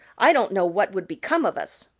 i don't know what would become of us.